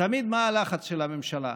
תמיד מה הלחץ של הממשלה?